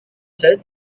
said